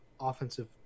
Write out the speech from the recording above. offensive